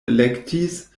elektis